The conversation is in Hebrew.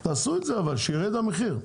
אבל תעשו את זה, שיירד המחיר.